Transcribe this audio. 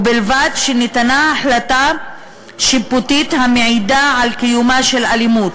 ובלבד שניתנה החלטה שיפוטית המעידה על קיומה של אלימות,